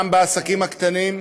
גם בעסקים הקטנים,